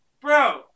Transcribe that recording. bro